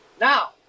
Now